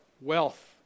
wealth